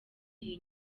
iyi